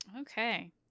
Okay